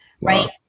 right